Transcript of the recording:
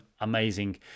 amazing